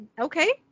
Okay